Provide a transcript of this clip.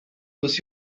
was